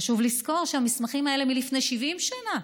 חשוב לזכור שהמסמכים האלה הם מלפני 70 שנה.